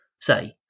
say